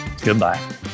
Goodbye